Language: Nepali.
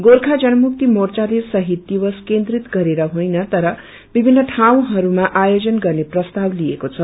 गोर्खा जनमुक्ति मोर्चाले शहीद दिवस केन्द्रित गरेर होइन तर विभिन्न ठाउँहरूमा आयोजन गर्ने प्रस्ताव लिएको छ